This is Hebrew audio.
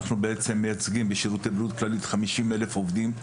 אנחנו מייצגים בשירותי בריאות כללית 50,000 עובדים,